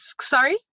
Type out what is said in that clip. sorry